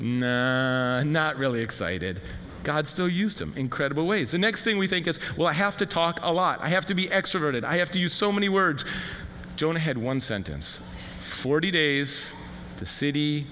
not really excited god still used him incredible ways the next thing we think is well i have to talk a lot i have to be extroverted i have to use so many words john had one sentence forty days the city